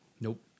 Nope